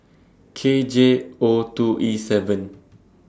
K J O two E seven